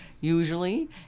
usually